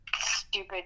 stupid